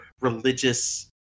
religious